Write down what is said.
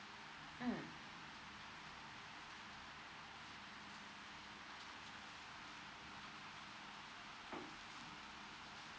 um